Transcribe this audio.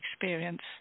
experience